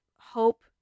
hope